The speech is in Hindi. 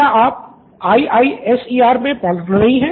स्टूडेंट 1क्या आप IISER में पढ़ रही हैं